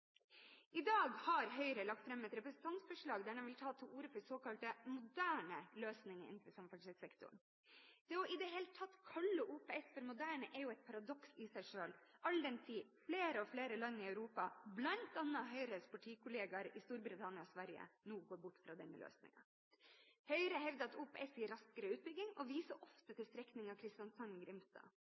I dag har Høyre lagt fram et representantforslag der de vil ta til orde for såkalt moderne løsninger innenfor samferdselssektoren. Det i det hele tatt å kalle OPS moderne er i seg selv et paradoks, all den tid flere og flere land i Europa, bl.a. Høyres partikolleger i Storbritannia og Sverige, nå går bort fra denne løsningen. Høyre hevder at OPS gir raskere utbygging, og viser ofte til